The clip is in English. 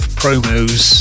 promos